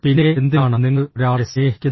പിന്നെ എന്തിനാണ് നിങ്ങൾ ഒരാളെ സ്നേഹിക്കുന്നത്